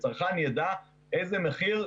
שצרכן ידע איזה מחיר,